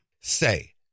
say